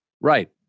Right